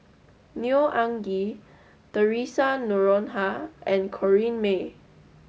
Neo Anngee Theresa Noronha and Corrinne May